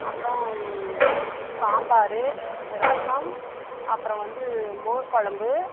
அப்புறோம்ன் சாம்பார் ரசம் அப்புறோம் வந்து மோர் குழம்பு